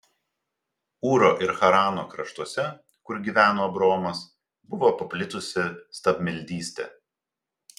ūro ir harano kraštuose kur gyveno abraomas buvo paplitusi stabmeldystė